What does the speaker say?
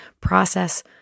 process